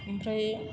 ओमफ्राय